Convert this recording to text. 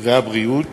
והבריאות